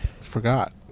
forgot